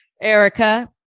Erica